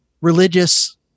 religious